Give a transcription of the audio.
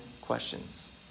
questions